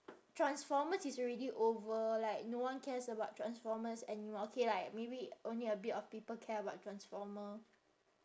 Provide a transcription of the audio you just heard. transformers is already over like no one cares about transformers anymore okay like maybe only a bit of people care about transformer